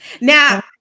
now